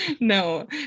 No